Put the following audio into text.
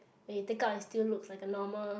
when you take out it still looks like a normal